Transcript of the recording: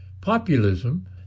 Populism